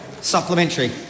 Supplementary